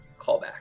Callback